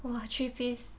!wah! three piece